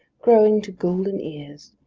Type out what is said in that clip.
growing to golden ears,